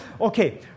Okay